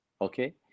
Okay